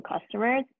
customers